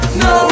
no